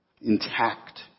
intact